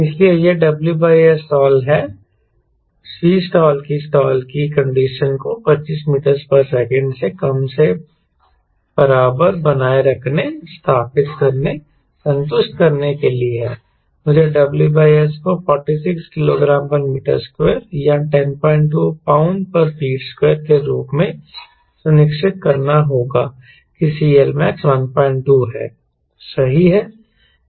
इसलिए यह WSstall है Vstall की स्टाल की कंडीशन को 25 ms से कम के बराबर बनाए रखने स्थापित करने संतुष्ट करने के लिए है मुझे WS को 46 kgm2 या 102 lbft2 के रूप में सुनिश्चित करना होगा कि CLmax 12 है सही है